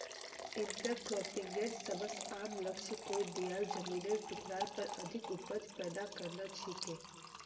इंटरक्रॉपिंगेर सबस आम लक्ष्य कोई दियाल जमिनेर टुकरार पर अधिक उपज पैदा करना छिके